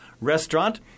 Restaurant